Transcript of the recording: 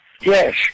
Yes